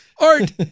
Art